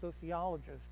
sociologists